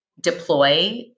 deploy